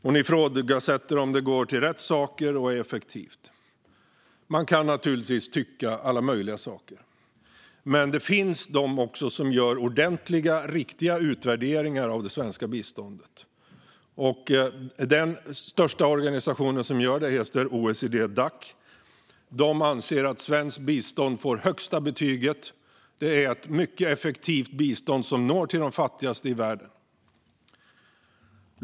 Hon ifrågasätter om det går till rätt saker och är effektivt. Man kan naturligtvis tycka alla möjliga saker, men det finns också sådana som gör ordentliga, riktiga utvärderingar av det svenska biståndet. Den största organisationen som gör det heter OECD-Dac. De anser att svenskt bistånd ska få högsta betyg och att det är ett mycket effektivt bistånd som når till de fattigaste i världen.